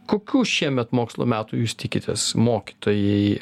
kokių šiemet mokslo metų jūs tikitės mokytojai